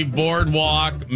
boardwalk